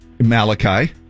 Malachi